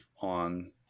on